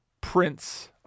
prince